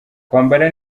kwambara